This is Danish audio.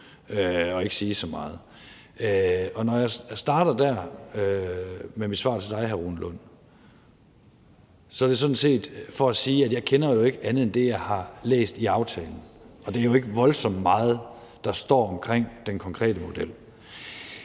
og ikke sige så meget. Når jeg starter der med mit svar til dig, hr. Rune Lund, er det sådan set for at sige, at jeg ikke kender andet end det, jeg har læst i aftalen, og det er jo ikke voldsomt meget, der står om den konkrete model.